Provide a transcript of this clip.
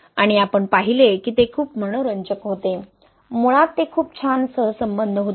आणि आपण पाहिले की ते खूप मनोरंजक होते मुळात ते खूप छान सहसंबंध होते